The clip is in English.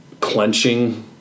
clenching